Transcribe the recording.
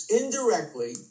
indirectly